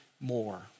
more